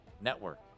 Network